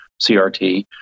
CRT